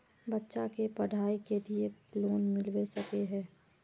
बच्चा के पढाई के लिए लोन मिलबे सके है?